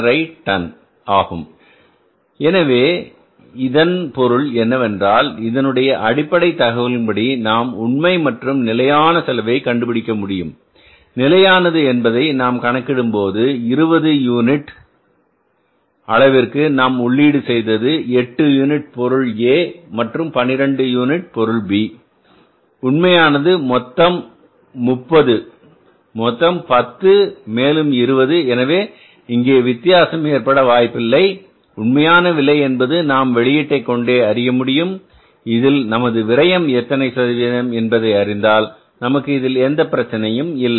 5 ton ஆகும் எனவே இதன் பொருள் என்னவென்றால் இதனுடைய அடிப்படை தகவல்களின்படி நாம் உண்மை மற்றும் நிலையான செலவை கண்டுபிடிக்க முடியும் நிலையானது என்பதை நாம் கணக்கிடும்போது 20 யூனிட் அளவிற்கு நாம் உள்ளீடு செய்தது 8 யூனிட் பொருள A மற்றும் 12 யூனிட் பொருள் B உண்மையானது மொத்தம் 30 மொத்தம் 10 மேலும் 20 எனவே இங்கே வித்தியாசம் ஏற்பட வாய்ப்பில்லை உண்மையான விலை என்பது நாம் வெளியீட்டை கொண்டே அறிய முடியும் இதில் நமது விரையம் எத்தனை சதவீதம் என்பதை அறிந்தால் நமக்கு இதில் எந்தப் பிரச்சனையும் இல்லை